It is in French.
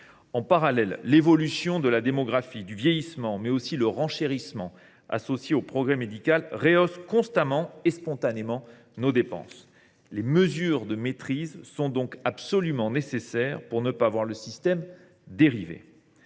En parallèle, l’évolution de la démographie et le vieillissement de la population, ainsi que le renchérissement associé au progrès médical, rehaussent constamment et spontanément nos dépenses. Des mesures de maîtrise sont donc absolument nécessaires pour éviter que le système ne dérive.